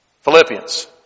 Philippians